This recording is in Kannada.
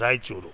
ರಾಯಚೂರು